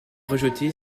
rejeter